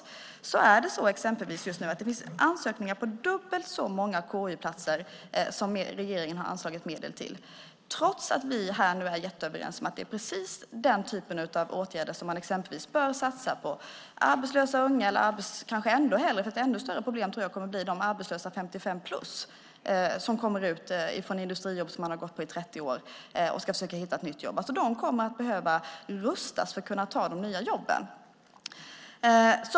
Just nu är det så att det finns ansökningar till dubbelt så många KY-platser som regeringen har anslagit medel till, trots att vi här och nu är jätteöverens om att det är precis den typen av åtgärder som man bör satsa på för arbetslösa unga eller kanske ännu hellre för arbetslösa 55-plus. De som kommer ut från industrier där de har arbetat i 30 år och ska försöka hitta ett nytt jobb tror jag kommer att bli ett ännu större problem. De kommer att behöva rustas för att kunna ta de nya jobben.